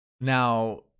Now